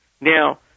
Now